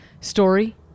story